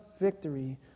victory